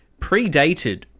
predated